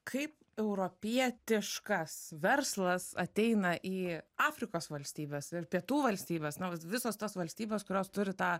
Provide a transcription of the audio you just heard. kaip europietiškas verslas ateina į afrikos valstybes ir pietų valstybes nu visos tos valstybės kurios turi tą